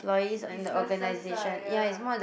businesses ah ya